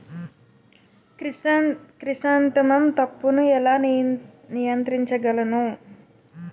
Chrysanthemum తప్పును ఎలా నియంత్రించగలను?